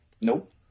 Nope